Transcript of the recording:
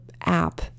app